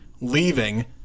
leaving